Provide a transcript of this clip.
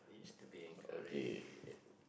it used to be correct